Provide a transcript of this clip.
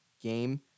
game